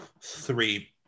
three